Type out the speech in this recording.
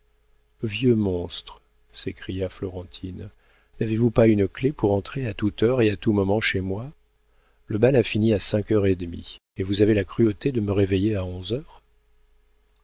vieux monstre s'écria florentine n'avez-vous pas une clef pour entrer à toute heure et à tout moment chez moi le bal a fini à cinq heures et demie et vous avez la cruauté de me réveiller à onze heures